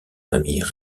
familles